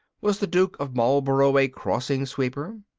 was the duke of marlborough a crossing sweeper?